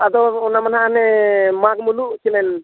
ᱟᱫᱚ ᱚᱱᱟ ᱫᱚ ᱦᱟᱸᱜ ᱚᱱᱮ ᱢᱟᱜᱽ ᱢᱩᱞᱩᱜ